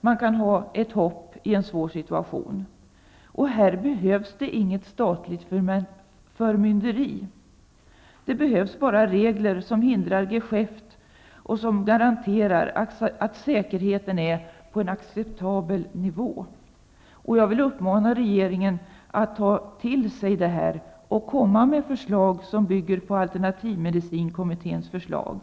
Man kan ha ett hopp i en svår situation. Här behövs det inte statligt förmynderi. Det behövs bara regler som hindrar geschäft och som garanterar att säkerheten är på en acceptabel nivå. Jag vill uppmana regeringen att ta till sig detta och komma med förslag som bygger på alternativmedicinkommitténs förslag.